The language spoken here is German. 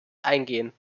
eingehen